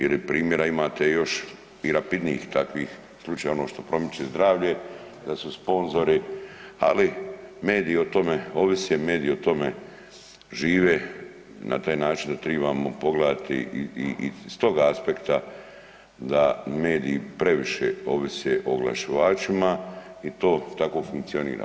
Ili primjera imate još i rapidnijih takvih slučaja ono što promiče zdravlje da su sponzori ali mediji o tome ovise, mediji o tome žive na taj način da trebamo pogledati i s tog aspekta da mediji previše ovise o oglašivačima i to tako funkcionira.